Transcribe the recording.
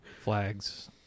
flags